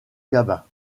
gabin